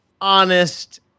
honest